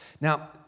Now